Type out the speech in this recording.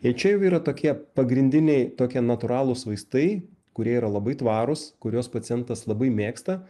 ir čia jau yra tokie pagrindiniai tokie natūralūs vaistai kurie yra labai tvarūs kuriuos pacientas labai mėgsta